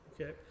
Okay